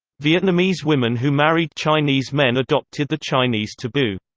vietnamese women who married chinese men adopted the chinese taboo.